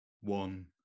one